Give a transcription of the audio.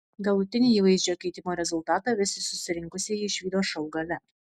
galutinį įvaizdžio keitimo rezultatą visi susirinkusieji išvydo šou gale